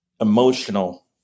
emotional